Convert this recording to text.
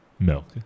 milk